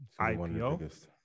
IPO